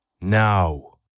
now